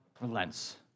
relents